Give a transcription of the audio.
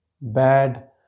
bad